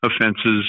offenses